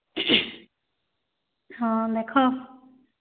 ହଁ ଦେଖ